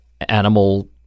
animal